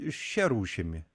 šia rūšimi